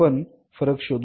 आपण फरक शोधू